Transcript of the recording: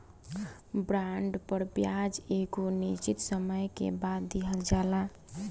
bond पर ब्याज एगो निश्चित समय के बाद दीहल जाला